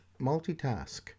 multitask